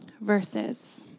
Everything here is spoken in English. verses